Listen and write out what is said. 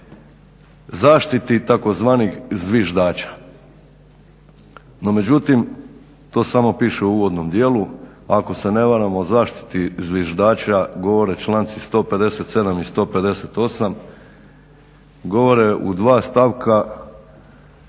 zaštiti tzv. zviždača.